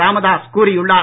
ராமதாஸ் கூறியுள்ளார்